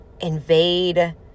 invade